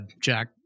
Jack